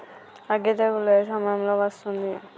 అగ్గి తెగులు ఏ సమయం లో వస్తుంది?